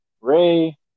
Ray